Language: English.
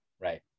Right